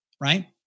right